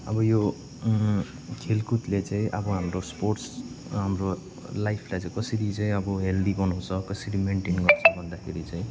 अब यो खेलकुदले चाहिँ अब हाम्रो स्पोर्ट्स हाम्रो लाइफलाई चाहिँ कसरी चाहिँ अब हेल्दी बनाउँछ कसरी मेन्टेन गर्छ भन्दाखरि चाहिँ